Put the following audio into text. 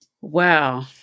Wow